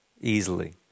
easily